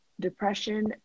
depression